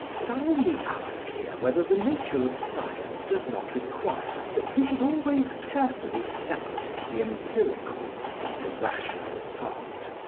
but i only ask here whether the nature of science does not require that we should always carefully separate the empirical from the rational part,